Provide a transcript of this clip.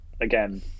again